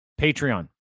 Patreon